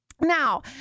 Now